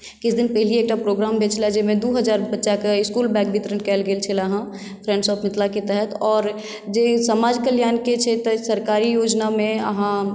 किछु दिन पहिने एकटा प्रोग्राम भेल छले जाहिमे दू हजार बच्चाकेँ स्कूल बैग वितरण कयल गेल छलै हेँ फ्रेंड्स ऑफ़ मिथिलाके तहत आओर जे समाज कल्याणके छै ताहि सरकारी योजनामे अहाँ